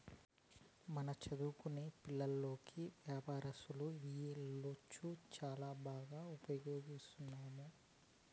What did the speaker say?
మన చదువుకొనే పిల్లోల్లకి వ్యాపారస్తులు ఈ లోన్లు చాలా బాగా ఉపయోగిస్తున్నాము